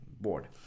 board